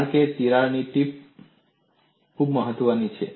કારણ કે તિરાડ ટીપ ખૂબ મહત્વની છે